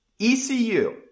ECU